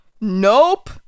Nope